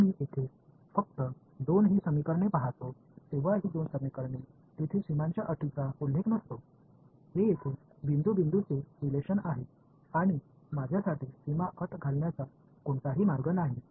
जेव्हा मी येथे फक्त दोन ही समीकरणे पाहतो तेव्हा ही दोन समीकरणे तेथे सीमांच्या अटीचा उल्लेख नसतो हे येथे बिंदू बिंदूचे रिलेशन आहे आणि माझ्यासाठी सीमा अट घालण्याचा कोणताही मार्ग नाही